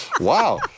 wow